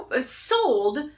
sold